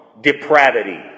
Depravity